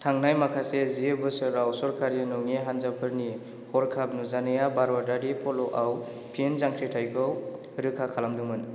थांनाय माखासे जि बोसोराव सरकारि नङि हान्जाफोरनि हरखाब नुजानाया भारतारि पल'आव फिन जांख्रिथायखौ रोखा खालामदोंमोन